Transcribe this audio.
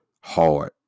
hard